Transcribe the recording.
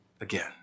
again